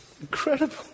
incredible